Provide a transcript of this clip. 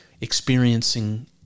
experiencing